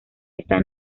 está